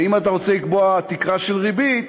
ואם אתה רוצה לקבוע תקרה של ריבית,